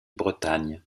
bretagne